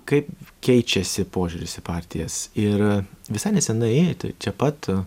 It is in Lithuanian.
kaip keičiasi požiūris į partijas ir visai nesenai tai čia pat